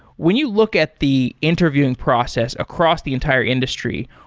when you look at the interviewing process across the entire industry,